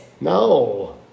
No